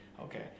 okay